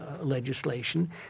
legislation